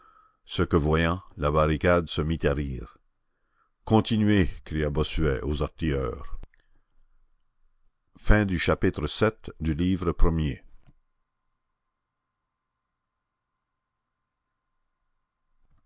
ce que voyant la barricade se mit à rire continuez cria bossuet aux artilleurs chapitre